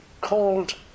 called